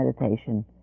meditation